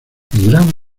gran